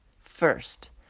First